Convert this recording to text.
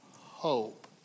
hope